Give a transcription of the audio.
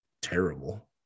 terrible